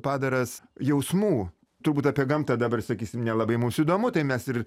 padaras jausmų turbūt apie gamtą dabar sakysim nelabai mums įdomu tai mes ir